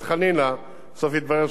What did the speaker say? בסוף התברר שהוא התכוון לטייבה.